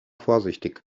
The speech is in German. vorsichtig